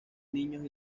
niños